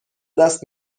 دست